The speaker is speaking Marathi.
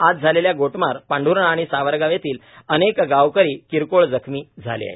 आज झालेल्या गोटमार पांढुर्णा आणि सावरगाव येथील अनेक गावकरी किरकोळ जखमी झाले आहेत